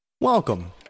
Welcome